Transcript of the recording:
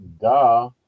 Duh